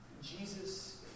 Jesus